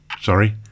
Sorry